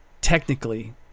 technically